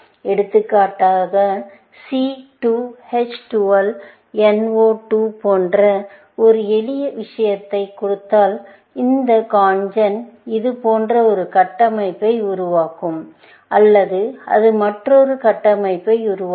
எடுத்துக்காட்டாக C 2 H 12 NO 2 போன்ற ஒரு எளிய விஷயத்தைக் கொடுத்தால் இந்த CONGEN இது போன்ற ஒரு கட்டமைப்பை உருவாக்கும் அல்லது அது மற்றொரு கட்டமைப்பை உருவாக்கும்